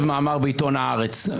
מיכאל כותב מאמר בעיתון הארץ,